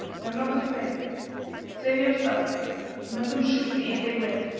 am not afraid. save yourself, and let them shoot me, if they will!